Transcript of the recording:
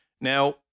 Now